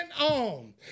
on